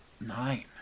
nine